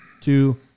two